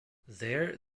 there